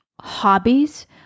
hobbies